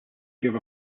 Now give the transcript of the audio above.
give